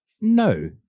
no